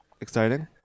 exciting